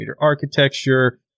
architecture